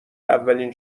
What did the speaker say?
اولین